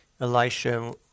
Elisha